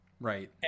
Right